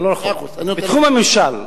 בתחום הממשל,